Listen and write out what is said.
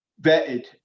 vetted